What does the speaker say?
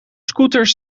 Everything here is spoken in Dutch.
scooters